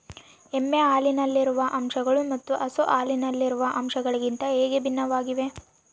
ಎಮ್ಮೆ ಹಾಲಿನಲ್ಲಿರುವ ಅಂಶಗಳು ಮತ್ತು ಹಸು ಹಾಲಿನಲ್ಲಿರುವ ಅಂಶಗಳಿಗಿಂತ ಹೇಗೆ ಭಿನ್ನವಾಗಿವೆ?